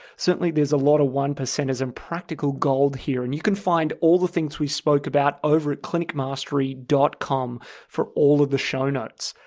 certainly, there's a lot of one-percenters and practical gold here and you can find all the things we spoke about over at clinicmastery dot com for all of the show notes.